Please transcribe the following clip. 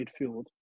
midfield